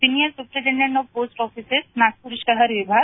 senior superintendent of post offices Nagpur शहर विभाग